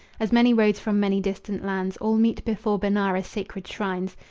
as many roads from many distant lands all meet before benares' sacred shrines.